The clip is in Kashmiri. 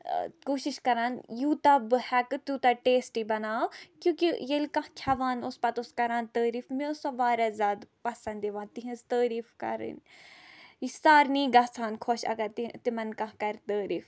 کوٗشِش کران یوٗتاہ بہٕ ہٮ۪کہٕ تیوٗتاہ ٹیسٹی بَناوٕ کیوں کہِ ییٚلہِ کانہہ کھٮ۪وان اوس پَتہٕ اوس کران تعٲریٖف مےٚ ٲسۍ سۄ واریاہ زیادٕ پسند یِوان تِہنز تعٲریٖف کرٕنۍ یہِ سارنٕے گژھان خۄش اَگر تِمن کانہہ کرِ تعٲریٖف